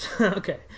Okay